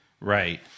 Right